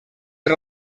per